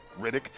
Riddick